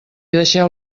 deixeu